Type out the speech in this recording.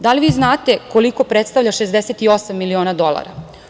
Da li vi znate koliko predstavlja 68 miliona dolara?